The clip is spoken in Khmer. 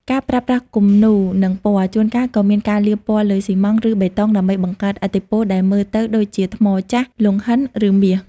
ការប្រើប្រាស់គំនូរ និងពណ៌ ជួនកាលក៏មានការលាបពណ៌លើស៊ីម៉ង់ត៍ ឬបេតុង ដើម្បីបង្កើតឥទ្ធិពលដែលមើលទៅដូចជាថ្មចាស់ លង្ហិន ឬមាស។